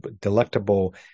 delectable